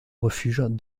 refuge